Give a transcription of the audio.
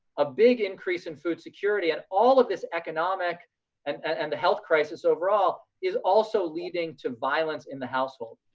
a big increase in food security and all of this economic and and the health crisis overall is also leading to violence in the household,